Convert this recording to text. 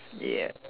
ya